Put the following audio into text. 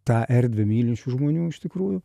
tą erdvę mylinčių žmonių iš tikrųjų